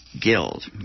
Guild